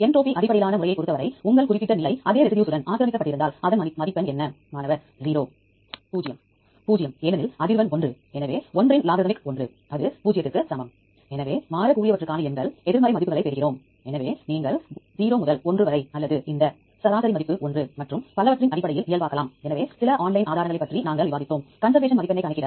எனவே இங்கு நீங்கள் உங்கள் வரிசையை உதாரணமாக வைக்கலாம் மையோக்ளோபின் பற்றிய ஒரு விவரம் இங்கே கிடைக்கும் எனவே நீங்கள் முதன்மை அணுகல் என்னை நகலெடுத்து தேடல் விருப்பத்திற்கு ்கெட் என்ட்ரியை பயன்படுத்தி செல்லலாம்